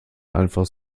einfach